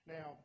Now